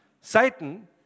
Satan